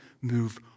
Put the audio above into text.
move